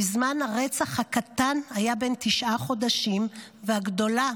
בזמן הרצח הקטן היה בן תשעה חודשים והגדולה